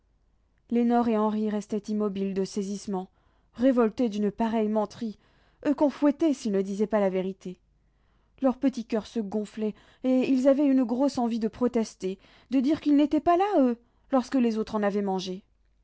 lénore et henri restaient immobiles de saisissement révoltés d'une pareille menterie eux qu'on fouettait s'ils ne disaient pas la vérité leurs petits coeurs se gonflaient et ils avaient une grosse envie de protester de dire qu'ils n'étaient pas là eux lorsque les autres en avaient mangé